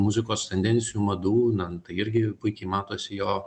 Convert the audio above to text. muzikos tendencijų madų na tai irgi puikiai matosi jo